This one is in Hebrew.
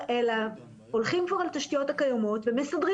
ושל כפר קאסם כי לוקחים בחשבון שזה יבוצע